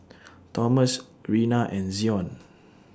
Tomas Reyna and Zion